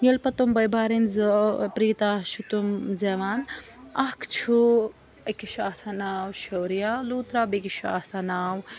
ییٚلہِ پَتہٕ تٕم بٲے بارٕنۍ زٕ پیٖتا چھِ تم زٮ۪وان اَکھ چھُ أکِس چھُ آسان ناو شورییا لوٗترا بیٚکِس چھُ آسان ناو